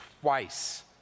twice